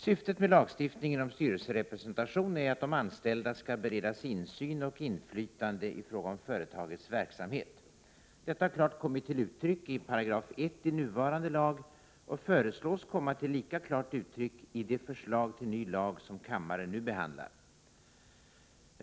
Syftet med lagstiftningen om styrelserepresentation är att de anställda skall beredas insyn och inflytande i fråga om företagets verksamhet. Detta har klart kommit till uttryck i 1 § i nuvarande lag och föreslås komma till lika klart uttryck i det förslag till ny lag som kammaren nu behandlar.